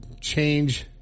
change